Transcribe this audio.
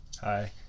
Hi